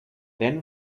then